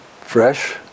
fresh